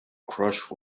crushed